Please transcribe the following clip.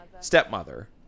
stepmother